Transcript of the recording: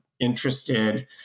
interested